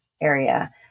area